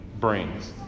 brings